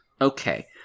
okay